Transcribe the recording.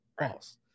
false